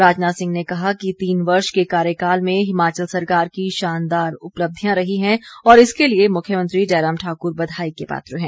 राजनाथ सिंह ने कहा कि तीन वर्ष के कार्यकाल में हिमाचल सरकार की शानदार उपलब्धियां रही हैं और इसके लिए मुख्यमंत्री जयराम ठाकुर बधाई के पात्र हैं